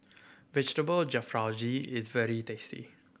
Vegetable Jalfrezi is very tasty